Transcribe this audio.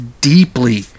deeply